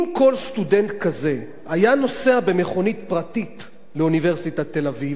אם כל סטודנט כזה היה נוסע במכונית פרטית לאוניברסיטת תל-אביב,